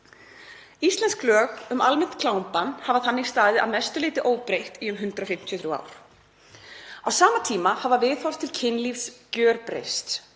Íslensk lög um almennt klámbann hafa þannig staðið að mestu leyti óbreytt í um 153 ár. Á sama tíma hafa viðhorf til kynlífs gjörbreyst.